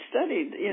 studied